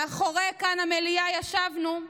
מאחורי המליאה ישבנו.